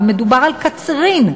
ומדובר על קצרין.